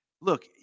look